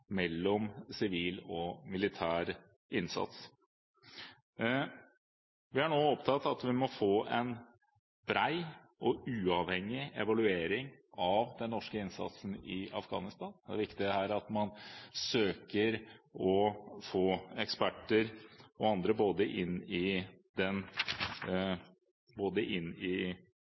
mellom sivil og militær innsats. Vi er nå opptatt av at vi må få en bred og uavhengig evaluering av den norske innsatsen i Afghanistan. Det er viktig at man søker å få eksperter og andre inn i den